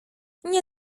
nie